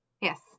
Yes